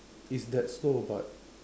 it's that slow but